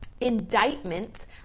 Indictment